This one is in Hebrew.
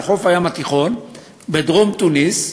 על חוף הים התיכון בדרום תוניסיה,